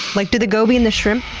like, do the goby and the shrimp,